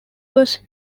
was